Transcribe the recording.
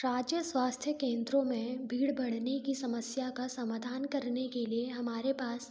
राज्य स्वास्थ्य केन्द्रों में भीड़ बढ़ने की समस्या का समाधान करने के लिए हमारे पास